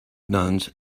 nuns